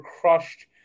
crushed